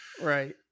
Right